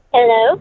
Hello